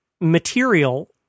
material